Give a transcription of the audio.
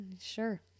Sure